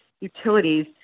utilities